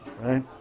right